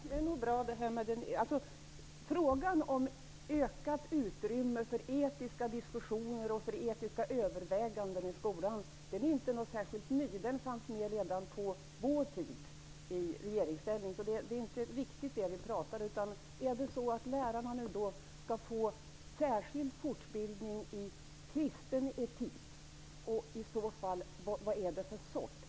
Herr talman! Det är nog bra. Men frågan om ökat utrymme för etiska diskussioner och för etiska överväganden i skolan är inte särskilt ny. Den fanns med redan under vår tid i regeringsställning. Det är inte riktigt det vi pratar om. Skall lärarna nu få särskild fortbildning i kristen etik? I så fall, vad är det för sort?